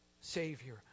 Savior